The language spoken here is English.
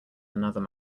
another